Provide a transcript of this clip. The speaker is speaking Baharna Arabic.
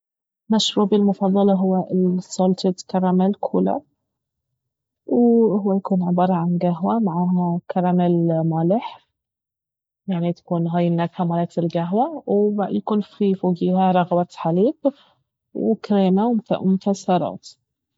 مشروبي المفضل هو السولتد كاراميل كولر وهو يكون عبارة عن قهوة مع كاراميل مالح يعني تكون هاي النكهة مالت القهوة ويكون في فوقيها رغوة حليب وكريمة ومكسرات